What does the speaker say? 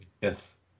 Yes